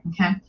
Okay